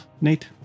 nate